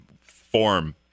form